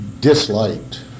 disliked